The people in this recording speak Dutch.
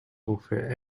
ongeveer